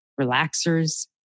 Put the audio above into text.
relaxers